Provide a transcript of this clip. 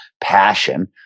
Passion